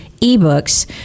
ebooks